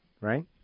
right